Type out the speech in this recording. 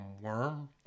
worm